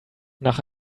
nach